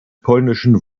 polnischen